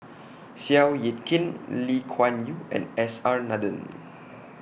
Seow Yit Kin Lee Kuan Yew and S R Nathan